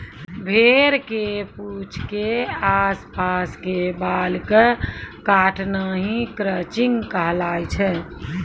भेड़ के पूंछ के आस पास के बाल कॅ काटना हीं क्रचिंग कहलाय छै